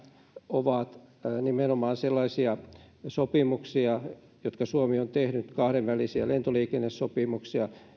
ovat nimenomaan sellaisia sopimuksia jotka suomi on tehnyt kahdenvälisiä lentoliikennesopimuksia